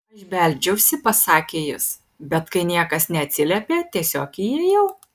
aš beldžiausi pasakė jis bet kai niekas neatsiliepė tiesiog įėjau